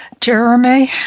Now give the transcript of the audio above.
Jeremy